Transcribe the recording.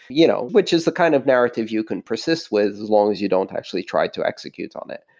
you know which is the kind of narrative you can persist with as long as you don't actually try to execute on it.